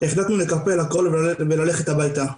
והחלטנו לקפל הכול וללכת הביתה.